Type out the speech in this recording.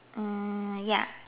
mm ya